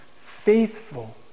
faithful